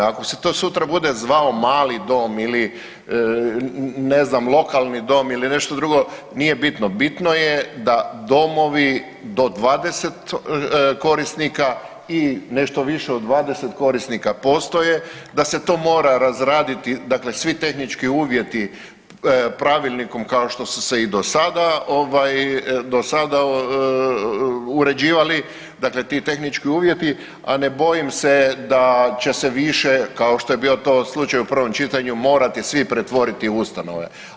Ako se to sutra zvao mali dom ili ne znam lokalni dom ili nešto drugo, nije bitno, bitno je da domovi do 20 korisnika i nešto više od 20 korisnika postoje, da se to mora razraditi, dakle svi tehnički uvjeti pravilnikom kao što su se i do sada uređivali, ti tehnički uvjeti, a ne bojim se da će se više kao što je to bio slučaj u prvom čitanju morati svi pretvoriti u ustanove.